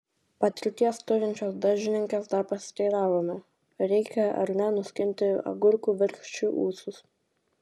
patirties turinčios daržininkės dar pasiteiravome reikia ar ne nuskinti agurkų virkščių ūsus